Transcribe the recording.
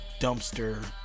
dumpster